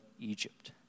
Egypt